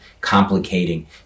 complicating